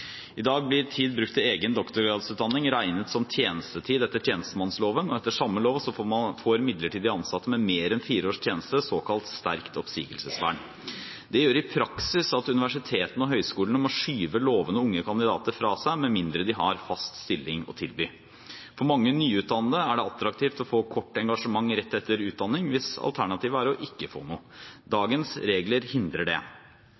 I dag blir tid brukt til egen doktorgradsutdanning regnet som tjenestetid etter tjenestemannsloven. Etter samme lov får midlertidig ansatte med mer enn fire års tjeneste såkalt sterkt oppsigelsesvern. Det gjør i praksis at universitetene og høyskolene må skyve lovende unge kandidater fra seg, med mindre de har fast stilling å tilby. For mange nyutdannede er det attraktivt å få kort engasjement rett etter utdanning hvis alternativet er å ikke få noe. Dagens regler hindrer det.